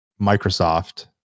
Microsoft